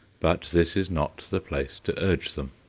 but this is not the place to urge them.